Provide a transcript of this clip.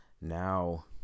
Now